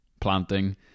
planting